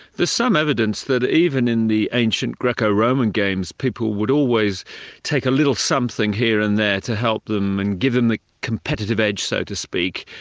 some evidence that even in the ancient greco-roman games, people would always take a little something here and there to help them, and give them the competitive edge, so to speak.